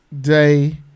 day